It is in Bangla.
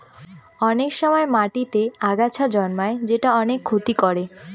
অনেক সময় মাটিতেতে আগাছা জন্মায় যেটা অনেক ক্ষতি করে